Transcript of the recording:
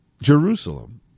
Jerusalem